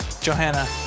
Johanna